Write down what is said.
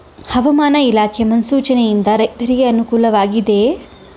ಹವಾಮಾನ ಇಲಾಖೆ ಮುನ್ಸೂಚನೆ ಯಿಂದ ರೈತರಿಗೆ ಅನುಕೂಲ ವಾಗಿದೆಯೇ?